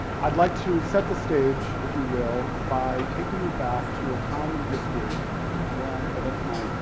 i'd like to set the stage, if you will, by taking you back to a time in history when, oh, that's my,